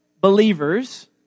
believers